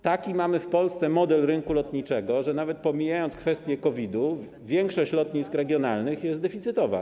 Taki mamy w Polsce model rynku lotniczego, że nawet pomijając kwestie COVID-u, większość lotnisk regionalnych jest deficytowa.